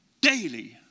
daily